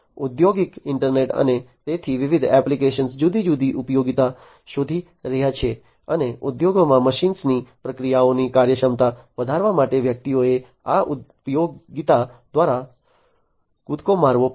ઔદ્યોગિક ઈન્ટરનેટ અને તેની વિવિધ એપ્લિકેશનો જુદી જુદી ઉપયોગીતા શોધી રહી છે અને ઉદ્યોગોમાં મશીનોની પ્રક્રિયાઓની કાર્યક્ષમતા વધારવા માટે વ્યક્તિએ આ ઉપયોગીતા દ્વારા કૂદકો મારવો પડશે